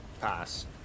Pass